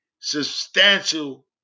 substantial